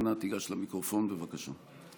אנא, גש למיקרופון, בבקשה.